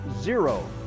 zero